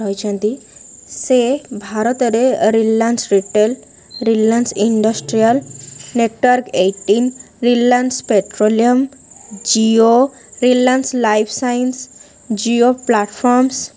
ରହିଛନ୍ତି ସେ ଭାରତରେ Reliance retail Reliance industrial network eighteen Reliance petroleum Jio Reliance life science Jio platforms